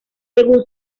según